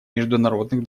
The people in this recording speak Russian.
международных